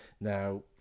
Now